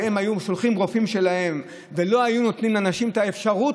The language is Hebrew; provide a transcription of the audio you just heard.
שהם היו שולחים רופאים שלהם ולא היו נותנים לאנשים את האפשרות